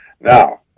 Now